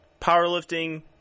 Powerlifting